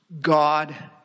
God